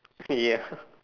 yeah